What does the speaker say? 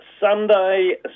Sunday